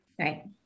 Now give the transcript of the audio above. Right